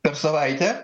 per savaitę